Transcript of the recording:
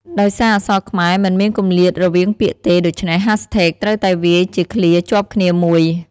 ដោយសារអក្សរខ្មែរមិនមានគម្លាតរវាងពាក្យទេ ដូច្នេះ ហាស់ថេកត្រូវតែវាយជាឃ្លាជាប់គ្នាមួយ។